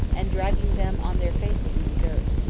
and dragging them on their faces in the dirt.